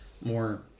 more